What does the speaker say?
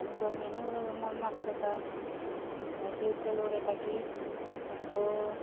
आनी गरमेनूय नाका जाता अशी इतलो लोक येता की सामको